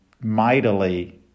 mightily